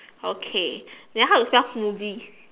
okay then how you spell smoothie